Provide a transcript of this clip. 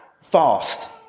fast